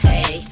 Hey